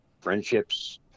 friendships